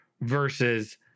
versus